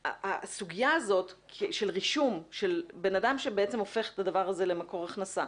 הסוגיה הזאת של רישום של בנאדם שבעצם הופך את הדבר הזה למקור הכנסה,